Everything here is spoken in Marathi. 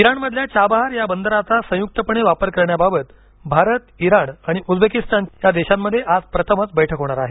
इराणमधल्या चाबहार या बंदराचा संयुक्तपणे वापर करण्याबाबत भारत इराण आणि उझबेकिस्तान या देशांमध्ये आज प्रथमच बैठक होणार आहे